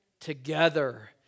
Together